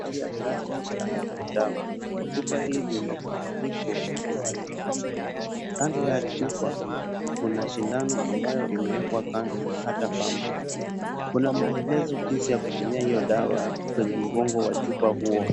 Juu ya glass natumai kuna dawa. Chupa hili lina kifuniko nyeupe. Kando ya chupa kuna sindano ambayo imeekwa kando na hata bamba . Kuna maelezo jinsi ya kutumia hiyo dawa kwenye mgongo wa chupa huo.